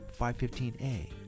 515A